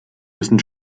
müssen